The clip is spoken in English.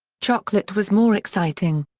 chocolate was more exciting.